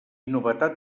novetat